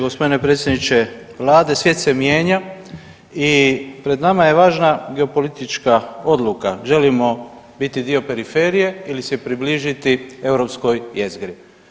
G. predsjedniče Vlade, svijet se mijenja i pred nama je važna geopolitička odluka, želimo biti dio periferije ili se približiti europskoj jezgri.